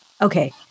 okay